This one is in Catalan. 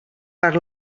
per